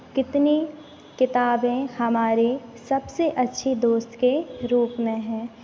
कितनी किताबें हमारे सबसे अच्छी दोस्त के रूप में हैं